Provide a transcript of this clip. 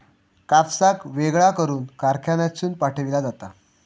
कापसाक वेगळा करून कारखान्यातसून पाठविला जाता